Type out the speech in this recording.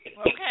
Okay